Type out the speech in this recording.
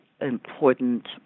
important